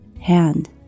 hand